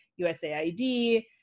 USAID